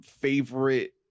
favorite